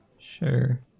Sure